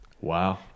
Wow